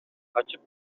качып